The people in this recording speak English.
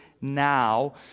now